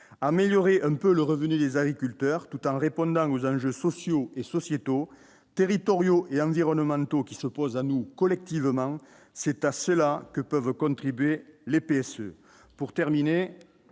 améliorer un peu le revenu des agriculteurs tout en répondant aux enjeux sociaux et sociétaux territoriaux et environnementaux qui se posent à nous, collectivement, c'est à cela que peuvent contribuer les PSE